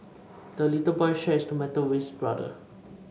the little boy shared his tomato with his brother